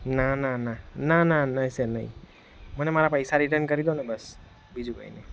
ના ના ના નાના ના નહીં સર નહીં મને મારા પૈસા રિટન કરીદોને બસ બીજું કાંઈ નહીં